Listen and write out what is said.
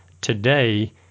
today